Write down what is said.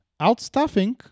Outstaffing